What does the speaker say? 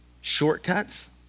Shortcuts